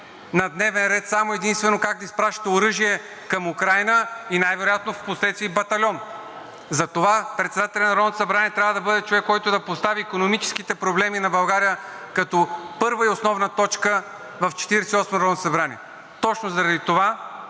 на дневен ред само и единствено как да изпращате оръжие към Украйна и най-вероятно впоследствие и батальон. Затова председателят на Народното събрание трябва да бъде човек, който да постави икономическите проблеми на България като първа и основна точка в Четиридесет и осмото народно събрание. Точно заради това